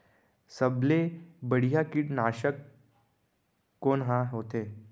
सबले बढ़िया कीटनाशक कोन ह होथे?